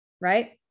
right